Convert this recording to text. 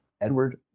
Edward